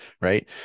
Right